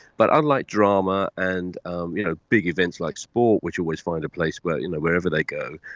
but unlike drama and um you know big events like sports which always find a place wherever you know wherever they go,